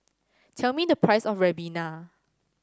tell me the price of Ribena